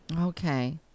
Okay